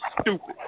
stupid